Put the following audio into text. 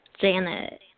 Janet